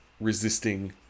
resisting